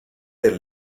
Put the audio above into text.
del